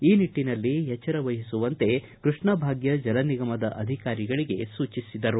ಈ ನಿಟ್ಟನಲ್ಲಿ ಎಚ್ಚರಿಕೆ ವಹಿಸುವಂತೆ ಕೃಷ್ಣ ಭಾಗ್ಕ ಜಲ ನಿಗಮದ ಅಧಿಕಾರಿಗಳಿಗೆ ಸೂಚಿಸಿದರು